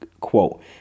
quote